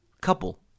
Couple